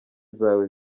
zawe